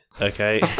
Okay